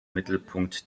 mittelpunkt